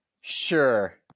Sure